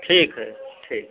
ठीक है ठीक